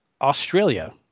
Australia